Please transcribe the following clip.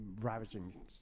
ravaging